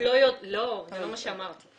זה לא מה שאמרתי.